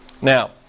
Now